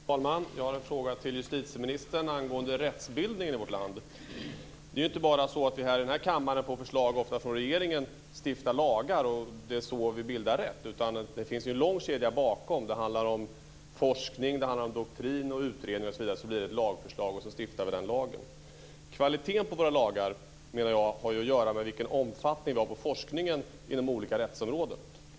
Fru talman! Jag har en fråga till justitieministern angående rättsbildningen i vårt land. Det är ju inte så att vi bildar rätt bara genom att vi i den här kammaren på förslag, ofta från regeringen, stiftar lagar, utan det finns ju en lång kedja bakom. Det handlar om forskning. Det handlar om doktrin, utredning osv. Och så blir det ett lagförslag. Sedan stiftar vi den lagen. Jag menar att kvaliteten på våra lagar har att göra med vilken omfattning det är på forskningen inom olika rättsområden.